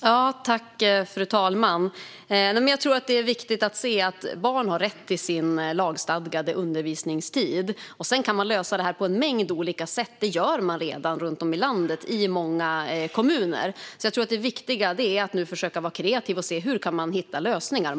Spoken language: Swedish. Fru talman! Jag tror att det är viktigt att se att barn har rätt till sin lagstadgade undervisningstid. Sedan kan man lösa det här på en mängd olika sätt, och det gör man redan runt om i landet i många kommuner. Jag tror att det viktiga nu är att försöka vara kreativ och se hur man kan hitta lösningar.